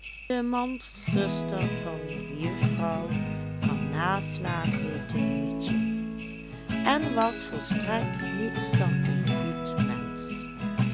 de manszuster van mejuffrouw van naslaan heette mietje en was volstrekt niets dan een goed mensch